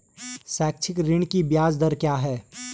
शैक्षिक ऋण की ब्याज दर क्या है?